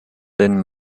denn